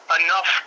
enough